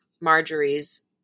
Marjorie's